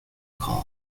calm